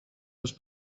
was